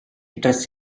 ஏற்ற